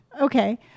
Okay